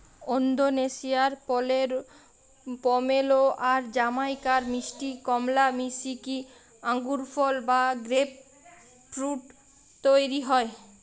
ওন্দোনেশিয়ার pomelo আর জামাইকার মিষ্টি কমলা মিশিকি আঙ্গুরফল বা গ্রেপফ্রূট তইরি হয়